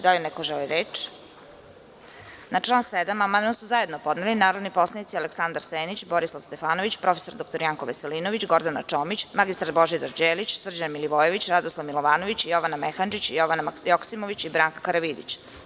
Da li neko želi reč? (Ne) Na član 7. amandman su zajedno podneli narodni poslanici Aleksandar Senić, Borislav Stefanović, prof. dr Janko Veselinović, Gordana Čomić, mr Božidar Đelić, Srđan Milivojević, Radoslav Milovanović, Jovana Mehandžić, Jovana Joksimović i Branka Karavidić.